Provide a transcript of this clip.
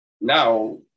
Now